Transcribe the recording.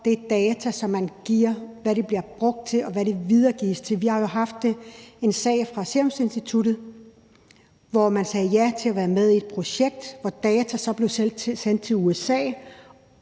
til den data, som man giver, altså hvad den bliver brugt til, og hvem den videregives til. Vi har jo haft en sag fra Statens Serum Institut, hvor man sagde ja til at være med i et projekt, men hvor data så blev sendt til USA